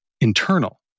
internal